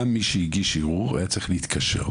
גם מי שהגיש ערעור היה צריך להתקשר.